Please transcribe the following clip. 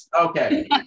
Okay